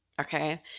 okay